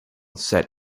set